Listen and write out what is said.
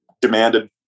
demanded